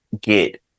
get